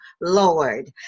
Lord